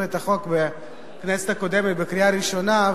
את החוק בכנסת הקודמת בקריאה ראשונה,